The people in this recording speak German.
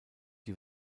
die